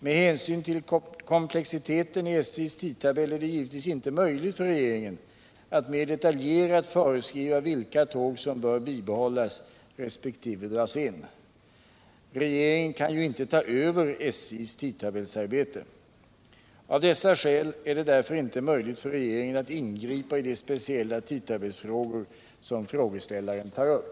Med hänsyn till komplexiteten i SJ:s tidtabell är det givetvis inte möjligt för regeringen att mer detaljerat föreskriva vilka tåg som bör bibehållas resp. dras in. Regeringen kan ju inte ta över SJ:s tidtabellsarbete. Av dessa skäl är det därför inte möjligt för regeringen att ingripa i de speciella tidtabellsfrågor som frågeställaren tar upp.